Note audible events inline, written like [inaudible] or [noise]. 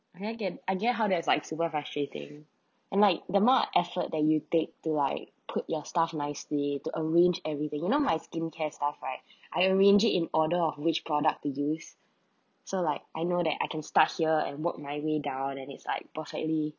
I get get I get how that is like super frustrating and like the more of effort that you take to like put your stuff nicely to arrange everything you know my skincare stuff right [breath] I arranged it in order of which product to use [breath] so like I know that I can start here and work my way down and it's like perfectly